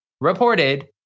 reported